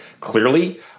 Clearly